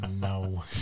No